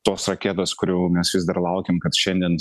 tos raketos kurių mes vis dar laukiam kad šiandien